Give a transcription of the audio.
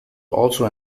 also